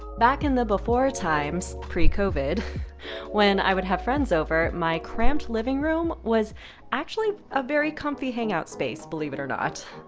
back in the before times pre-covid when i would have friends over, my cramped living room was actually a very comfy hangout space, believe it or not.